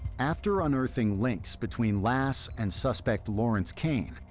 after unearthing links between lass and suspect lawrence kane,